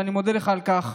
ואני מודה לך על כך,